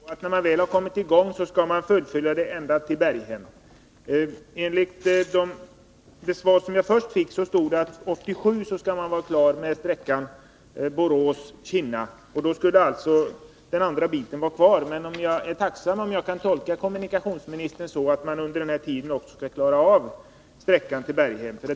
Herr talman! Skall jag tolka det så, att när man väl påbörjat projektet skall man fullfölja det ända till Berghem? I det svar jag först fick stod det att man 1987 skulle vara klar med sträckan Borås-Kinna. Då skulle alltså sträckan Kinna-Berghem återstå. Men jag är tacksam om jag kan tolka kommunikationsministerns svar så, att man under denna tid också skall klara av sträckan Kinna-Berghem.